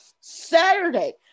Saturday